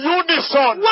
unison